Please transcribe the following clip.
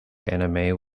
anime